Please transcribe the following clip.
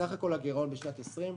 סף הכול הגירעון בשנת 2020,